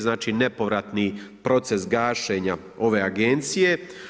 Znači, nepovratni proces gašenja ove Agencije.